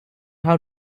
how